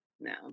No